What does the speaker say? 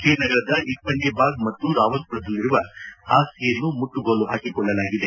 ಶ್ರೀನಗರದ ಇಫ್ಬಂದಿಬಾಗ್ ಮತ್ತು ರಾವಲ್ಲುರದಲ್ಲಿರುವ ಆಸ್ತಿಯನ್ನು ಮುಟ್ಟುಗೋಲು ಹಾಕಿಕೊಳ್ಳಲಾಗಿದೆ